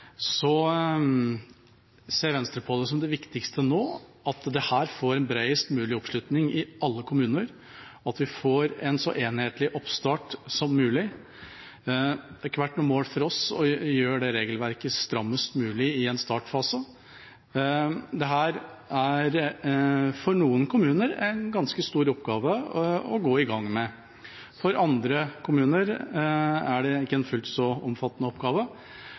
så enhetlig oppstart som mulig. Det har ikke vært noe mål for oss å gjøre det regelverket strammest mulig i en startfase. Dette er for noen kommuner en ganske stor oppgave å gå i gang med, for andre kommuner er det en ikke fullt så omfattende oppgave.